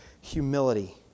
humility